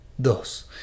dos